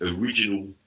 original